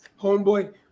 Homeboy